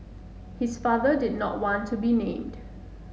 his father did not want to be named